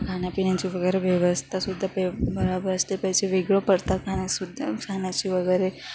खाण्यापिण्याची वगैरे व्यवस्था सुद्धा पे बराबर असते पैसे वेगळं पडतात खाण्या सुद्धा खाण्याचे वगैरे